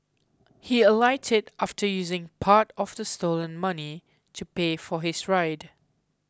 he alighted after using part of the stolen money to pay for his ride